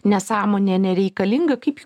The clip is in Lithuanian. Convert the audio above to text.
nesąmonė nereikalinga kaip